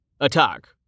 Attack